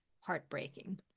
heartbreaking